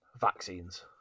Vaccines